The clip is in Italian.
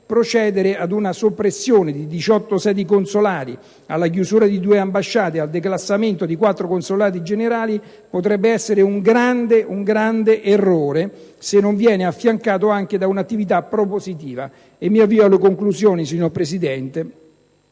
procedere ad una soppressione di 18 sedi consolari, alla chiusura di 2 ambasciate e al declassamento di 4 consolati generali potrebbe essere un grave errore se non viene affiancato anche da un'attività propositiva. Tale iniziativa può concretizzarsi